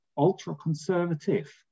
ultra-conservative